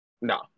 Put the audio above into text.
No